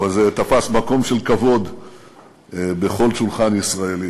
אבל הוא תפס מקום של כבוד בכל שולחן ישראלי,